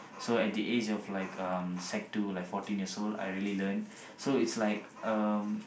so at the age of like um sec two like fourteen years old I already learn so it's like um